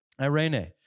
Irene